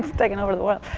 taking over the world.